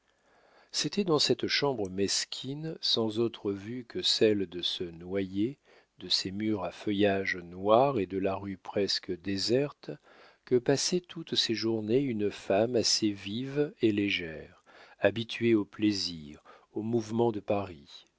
c'était dans cette chambre mesquine sans autre vue que celle de ce noyer de ces murs à feuillage noir et de la rue presque déserte que passait toutes ses journées une femme assez vive et légère habituée aux plaisirs au mouvement de paris